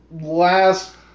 last